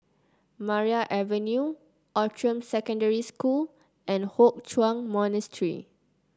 Maria Avenue Outram Secondary School and Hock Chuan Monastery